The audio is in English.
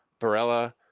Barella